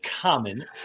common